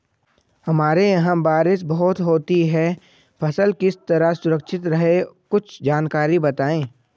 हमारे यहाँ बारिश बहुत होती है फसल किस तरह सुरक्षित रहे कुछ जानकारी बताएं?